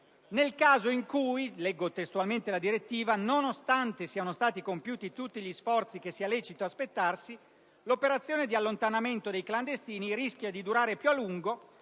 nel caso in cui -leggo testualmente la direttiva - «nonostante siano stati compiuti tutti gli sforzi che sia lecito aspettarsi, l'operazione di allontanamento dei clandestini rischia di durare più a lungo